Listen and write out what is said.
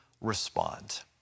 respond